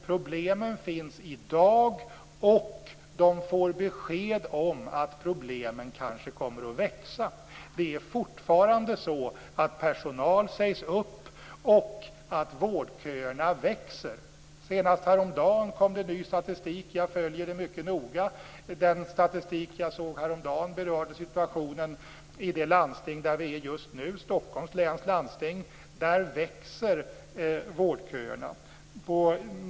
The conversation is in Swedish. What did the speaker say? Problemen finns i dag, och de får besked om att problemen kanske kommer att växa. Det är fortfarande så att personal sägs upp och att vårdköerna växer. Senast häromdagen kom det ny statistik. Jag följer detta mycket noga. Den statistik jag såg häromdagen berörde situationen i det landsting där vi är just nu, Stockholms läns landsting. Där växer vårdköerna.